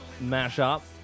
mash-up